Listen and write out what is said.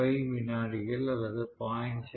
5 விநாடிகள் அல்லது 0